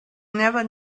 never